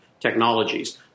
technologies